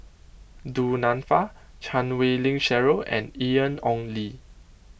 Du Nanfa Chan Wei Ling Cheryl and Ian Ong Li